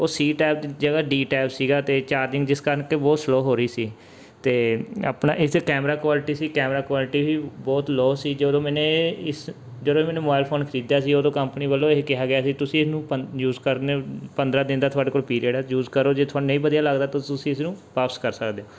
ਉਹ C type ਦੀ ਜਗ੍ਹਾ ਡੀ ਟਾਈਪ ਸੀਗਾ ਅਤੇ ਚਾਰਜਿੰਗ ਜਿਸ ਕਰਕੇ ਬਹੁਤ ਸਲੋਅ ਹੋ ਰਹੀ ਸੀ ਅਤੇ ਆਪਣਾ ਇਸ 'ਚ ਕੈਮਰਾ ਕੁਆਲਿਟੀ ਸੀ ਕੈਮਰਾ ਕੁਆਲਿਟੀ ਵੀ ਬਹੁਤ ਲੋਅ ਸੀ ਜਦੋਂ ਮੈਨੇ ਇਸ ਜਦੋਂ ਮੈਨੇ ਮੋਬਾਇਲ ਫੋਨ ਖਰੀਦਿਆ ਸੀ ਉਦੋਂ ਕੰਪਨੀ ਵੱਲੋਂ ਇਹ ਕਿਹਾ ਗਿਆ ਸੀ ਤੁਸੀਂ ਇਹਨੂੰ ਪੰਦ ਯੂਜ ਕਰਨੇ ਪੰਦਰ੍ਹਾਂ ਦਿਨ ਦਾ ਤੁਹਾਡੇ ਕੋਲ ਪੀਰੀਅਡ ਆ ਯੂਜ ਕਰੋ ਜੇ ਤੁਹਾਨੂੰ ਨਹੀਂ ਵਧੀਆ ਲੱਗਦਾ ਤਾਂ ਤੁਸੀਂ ਇਸਨੂੰ ਵਾਪਸ ਕਰ ਸਕਦੇ